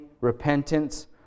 repentance